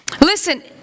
Listen